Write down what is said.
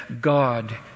God